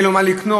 אין לו מה לקנות,